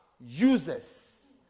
users